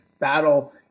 battle